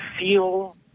feel